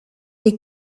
des